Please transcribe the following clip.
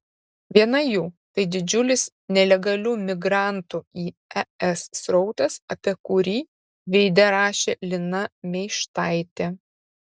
viena jų tai didžiulis nelegalių migrantų į es srautas apie kurį veide rašė lina meištaitė